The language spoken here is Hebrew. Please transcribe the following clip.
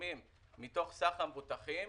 דוגמים מתוך סך המבוטחים